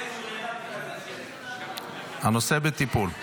הנושא בטיפול.